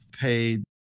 paid